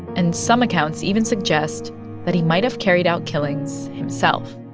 and some accounts even suggest that he might have carried out killings himself